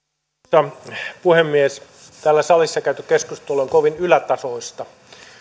arvoisa puhemies täällä salissa käyty keskustelu on kovin ylätasoista